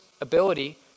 ability